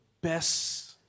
best